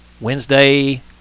Wednesday